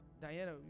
Diana